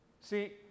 See